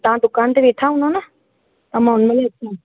तव्हां दुकानु ते वेठा हूंदा न त मां उन महिल अचां